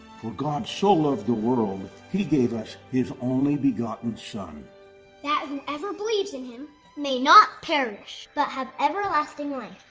for god so loved the world he gave us his only begotten son that whoever believes in him may not perish but have everlasting life.